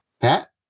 Pat